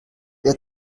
wer